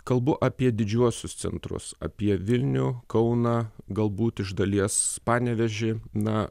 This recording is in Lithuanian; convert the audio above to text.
kalbu apie didžiuosius centrus apie vilnių kauną galbūt iš dalies panevėžį na